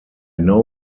know